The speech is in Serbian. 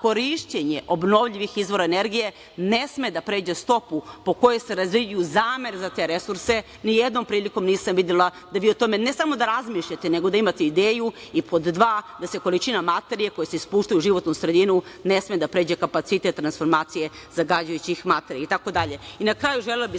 obnovljivih izvora energije ne sme da pređe stopu po kojoj se razređuju zamer za te resurse. Nijednom prilikom nisam videla da vi o tome ne samo da razmišljate, nego da imate ideju i pod dva, da količina materije koje se ispuštaju u životnu sredinu ne sme da pređe kapacitet transformacije zagađujućih materija itd. Na kraju, želela bih